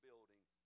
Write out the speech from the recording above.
building